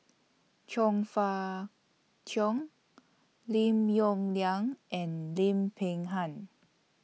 Chong Fah Cheong Lim Yong Liang and Lim Peng Han